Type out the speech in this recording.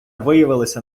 виявилася